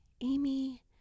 Amy